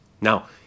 Now